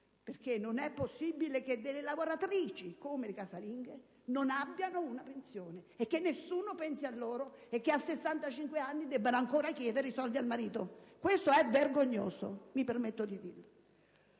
Non è accettabile che lavoratrici, come le casalinghe, non abbiano una pensione, che nessuno pensi a loro, e che a 65 anni debbono ancora chiedere i soldi al marito. Questo è vergognoso. Mi chiedo, infine,